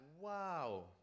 wow